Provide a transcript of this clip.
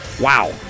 Wow